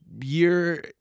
year